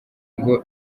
ngo